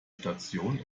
station